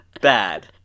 bad